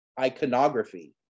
iconography